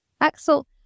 Axel